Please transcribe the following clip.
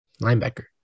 linebacker